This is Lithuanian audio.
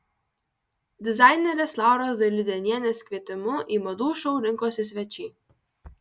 dizainerės lauros dailidėnienės kvietimu į madų šou rinkosi svečiai